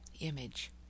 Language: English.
Image